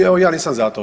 I evo ja nisam za to.